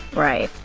right.